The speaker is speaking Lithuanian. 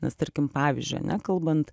nes tarkim pavyzdžiui ane kalbant